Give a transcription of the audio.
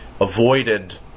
avoided